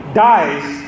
dies